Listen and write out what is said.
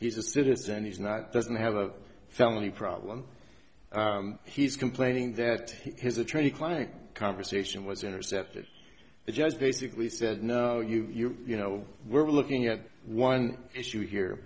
he's a citizen he's not doesn't have a family problem he's complaining that his attorney client conversation was intercepted the judge basically said no you you you know we're looking at one issue here